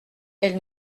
elle